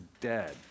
dead